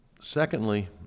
secondly